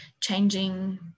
changing